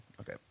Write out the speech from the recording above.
Okay